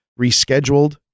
rescheduled